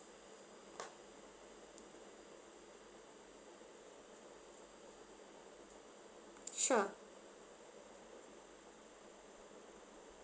sure